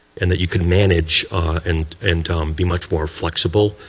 and that you can manage and and be much more flexible.